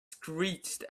screeched